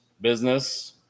business